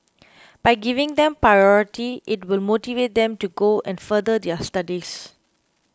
by giving them priority it will motivate them to go and further their studies